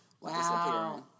Wow